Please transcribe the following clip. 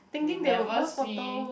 we never see